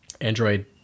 Android